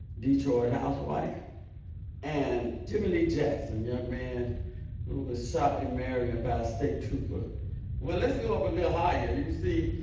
detroit housewife and jimmie lee jackson, young man who was shot in marion by a state trooper well, let's go up a little higher. you see,